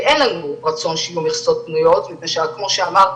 ואין לנו רצון שיהיו מכסות פניות מפני שכמו שאמרתי,